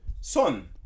son